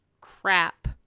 crap